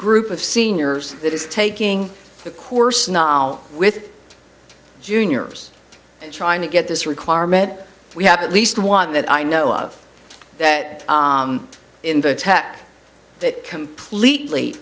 group of seniors that is taking the course not with juniors trying to get this requirement we have at least one that i know of that in the attack that completely